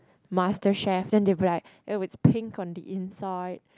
Masterchef then they'll be like oh it's pink on the inside